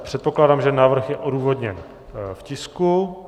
Předpokládám, že návrh je odůvodněn v tisku.